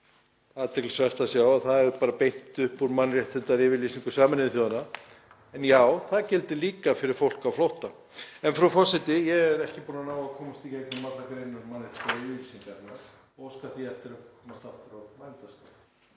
að það er bara beint upp úr mannréttindayfirlýsingu Sameinuðu þjóðanna. En já, það gildir líka fyrir fólk á flótta. Frú forseti, ég hef ekki náð að komast í gegnum allar greinar mannréttindayfirlýsingarinnar og óska því eftir að komast aftur á mælendaskrá.